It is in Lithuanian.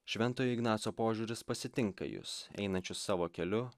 šventojo ignaco požiūris pasitinka jus einančius savo keliu